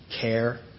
care